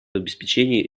обеспечение